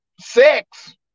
sex